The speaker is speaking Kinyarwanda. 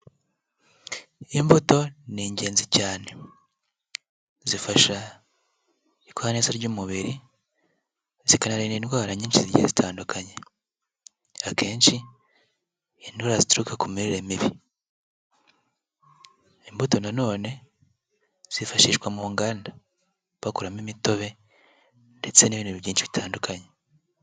Imbuto ni ingenzi cyane zifasha ikoraneza ry'umubiri zikanarinda indwara nyinshi zigiye zitandukanye, akenshi indwara zituruka ku mirire mibi, imbuto nanone zifashishwa mu nganda bakuramo imitobe ndetse n'ibintu byinshi bitandukanye.